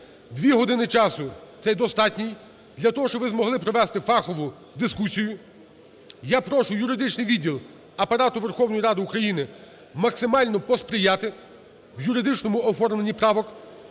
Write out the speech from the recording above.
Дві години часу – це достатній для того, щоб ви змогли провести фахову дискусію. Я прошу юридичний відділ Апарату Верховної Ради України максимально посприяти в юридичному оформленні правок